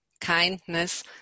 kindness